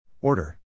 Order